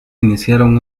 iniciaron